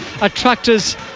Attractors